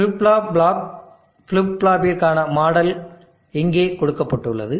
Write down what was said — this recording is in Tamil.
ஃபிளிப் ஃப்ளாப் பிளாக் ஃபிளிப் ஃப்ளாப்பிற்கான மாடல் இங்கே கொடுக்கப்பட்டுள்ளது